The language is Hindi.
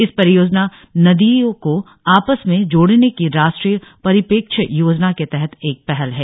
यह परियोजना नदियों को आपस में जोड़ने की राष्ट्रीय परिप्रेक्ष योजना के तहत एक पहल है